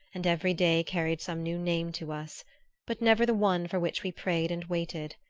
and every day carried some new name to us but never the one for which we prayed and waited.